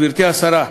גברתי השרה,